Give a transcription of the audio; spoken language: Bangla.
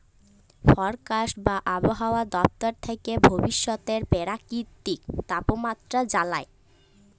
ফরকাস্ট বা আবহাওয়া দপ্তর থ্যাকে ভবিষ্যতের পেরাকিতিক তাপমাত্রা জালায়